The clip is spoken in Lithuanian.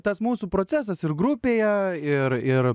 tas mūsų procesas ir grupėje ir ir